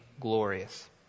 glorious